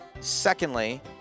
Secondly